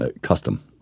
custom